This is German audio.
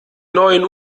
neuen